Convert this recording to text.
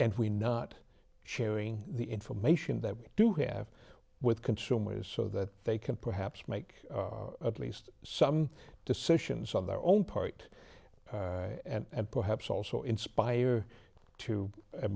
and we not sharing the information that we do have with consumers so that they can perhaps make at least some decisions on their own part and perhaps also inspire you to a